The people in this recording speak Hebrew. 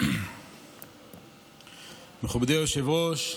מכובדי היושב-ראש,